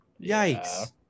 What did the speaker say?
yikes